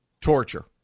torture